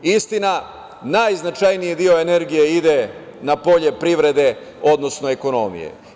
Istina, najznačajniji deo energije ide polje privrede, odnosno ekonomije.